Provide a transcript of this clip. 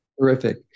Terrific